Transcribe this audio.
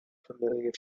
familiar